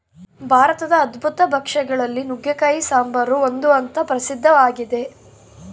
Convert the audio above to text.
ಭಾರತದ ಅದ್ಭುತ ಭಕ್ಷ್ಯ ಗಳಲ್ಲಿ ನುಗ್ಗೆಕಾಯಿ ಸಾಂಬಾರು ಒಂದು ಅಂತ ಪ್ರಸಿದ್ಧ ಆಗಿದೆ